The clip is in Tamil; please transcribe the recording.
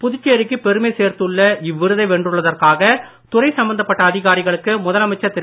புதுச்சேரிக்கு பெருமை சேர்த்துள்ள இவ்விருதை வென்றுள்ளதற்காக துறை சம்பந்தப்பட்ட அதிகாரிகளுக்கு முதலமைச்சர் திரு